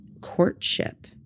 courtship